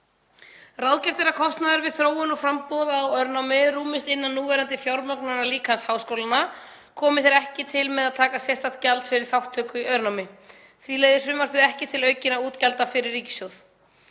Ráðgert er að kostnaðurinn við þróun og framboð á örnámi rúmist innan núverandi fjármögnunarlíkans háskólanna komi þeir ekki til með að taka sérstakt gjald fyrir þátttöku í öðru námi. Því leiðir frumvarpið ekki til aukinna útgjalda fyrir ríkissjóð.